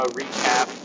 recap